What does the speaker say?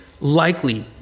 likely